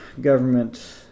government